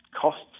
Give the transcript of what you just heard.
costs